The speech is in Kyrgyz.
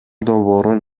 долбоорун